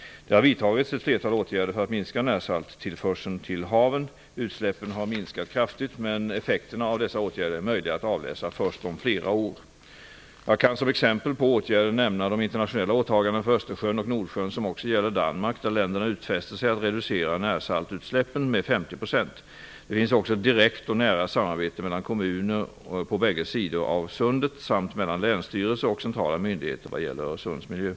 Det har vidtagits ett flertal åtgärder för att minska närsalttillförseln till haven. Utsläppen har minskat kraftigt men effekterna av dessa åtgärder är möjliga att avläsa först om flera år. Jag kan som exempel på åtgärder nämna de internationella åtagandena för Östersjön och Nordsjön som också gäller Danmark där länderna utfäster sig att reducera närsaltutsläppen med 50 %. Det finns också ett direkt och nära samarbete mellan kommuner på bägge sidor av sundet samt mellan länsstyrelser och centrala myndigheter vad gäller Öresunds miljö.